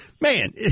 Man